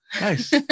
nice